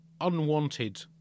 unwanted